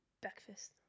Breakfast